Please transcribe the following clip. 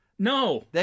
No